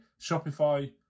Shopify